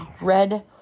red